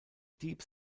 deep